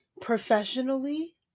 professionally